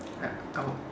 I I was